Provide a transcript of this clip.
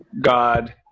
God